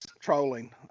trolling